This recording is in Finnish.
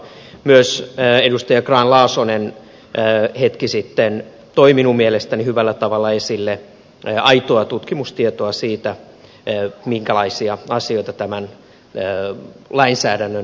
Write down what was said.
myös edustaja grahn laasonen hetki sitten toi minun mielestäni hyvällä tavalla esille aitoa tutkimustietoa siitä minkälaisia asioita tämän lainsäädännön taustalla on